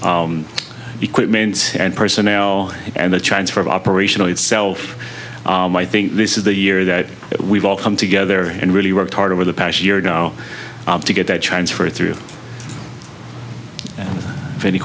equipment and personnel and the chance for of operational itself i think this is the year that we've all come together and really worked hard over the past year now to get that transfer through any